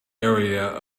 area